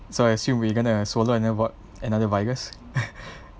so I assume we're gonna swallow v~ another virus